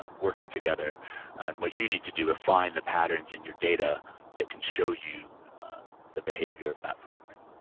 um working together and what you need to do to ah find the patterns in your data that can show you the behavior of that fraud ring.